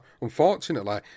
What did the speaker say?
unfortunately